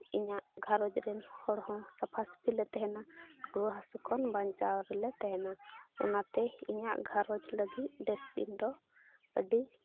ᱤᱧᱟᱹᱜ ᱜᱷᱟᱨᱚᱸᱡᱽ ᱨᱮᱱ ᱦᱚᱲ ᱦᱚᱸ ᱥᱟᱯᱷᱟ ᱥᱟᱹᱯᱷᱤ ᱞᱮ ᱛᱟᱦᱮᱱᱟ ᱨᱩᱣᱟᱹ ᱦᱟᱹᱥᱩ ᱠᱷᱚᱱ ᱵᱟᱧᱪᱟᱣ ᱨᱮᱞᱮ ᱛᱟᱦᱮᱱᱟ ᱚᱱᱟᱛᱮ ᱤᱧᱟᱹᱜ ᱜᱷᱟᱨᱚᱸᱡᱽ ᱞᱟᱹᱜᱤᱫ ᱰᱟᱥᱴᱵᱤᱱ ᱫᱚ ᱟᱹᱰᱤ